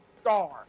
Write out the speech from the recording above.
star